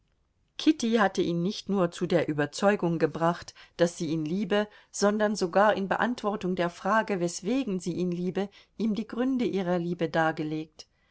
kitty hatte ihn nicht nur zu der überzeugung gebracht daß sie ihn liebe sondern sogar in beantwortung der frage weswegen sie ihn liebe ihm die gründe ihrer liebe dargelegt